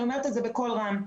אני אומרת את זה בקול רם.